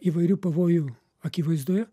įvairių pavojų akivaizdoje